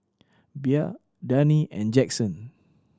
Bea Dani and Jaxon